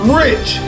rich